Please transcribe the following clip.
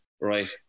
right